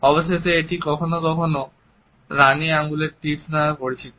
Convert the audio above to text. অবশেষে এটি কখনও কখনও রানী আঙ্গুলের টিপস নামেও পরিচিত